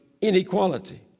inequality